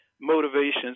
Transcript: motivations